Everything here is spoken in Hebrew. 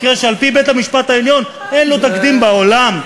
מקרה שעל-פי בית-המשפט העליון אין לו תקדים בעולם.